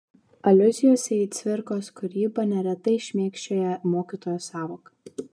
aliuzijose į cvirkos kūrybą neretai šmėkščioja mokytojo sąvoka